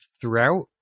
throughout